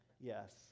yes